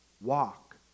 walk